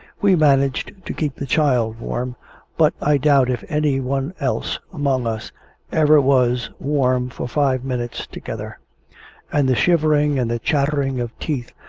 we managed to keep the child warm but, i doubt if any one else among us ever was warm for five minutes together and the shivering, and the chattering of teeth,